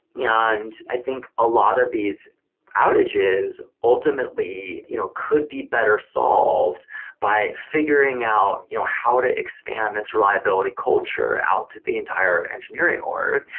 yeah and i think a lot of these outages ultimately you know could be better solved by figuring out you know how to expand this reliability culture out to the entire engineering order?